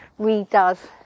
redoes